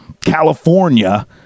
California